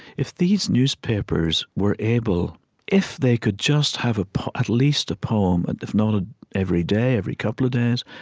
if these newspapers were able if they could just have ah at least a poem, and if not ah every day, every couple of days,